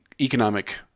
economic